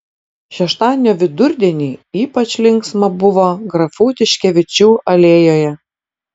šeštadienio vidurdienį ypač linksma buvo grafų tiškevičių alėjoje